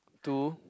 two